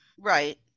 right